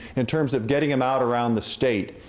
in terms of getting them out around the state.